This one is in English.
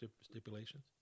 stipulations